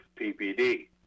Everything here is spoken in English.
PPD